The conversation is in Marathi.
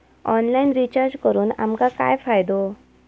ऑनलाइन रिचार्ज करून आमका काय फायदो?